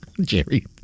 Jerry